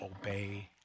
obey